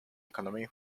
economy